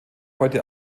heute